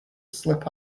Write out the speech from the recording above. slip